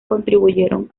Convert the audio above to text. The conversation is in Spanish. contribuyeron